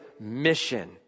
mission